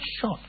shot